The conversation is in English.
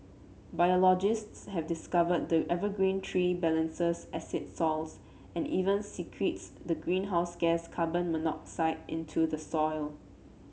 biologists have discovered the evergreen tree balances soils and even secretes the greenhouse gas carbon monoxide into the soil